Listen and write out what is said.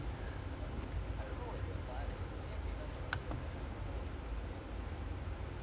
I don't know என்ன பண்றாங்கனு தெரியல:enna pandraanganu therila I don't know what they doing legit